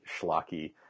schlocky